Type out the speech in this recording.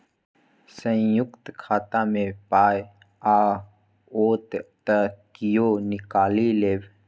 संयुक्त खाता मे पाय आओत त कियो निकालि लेब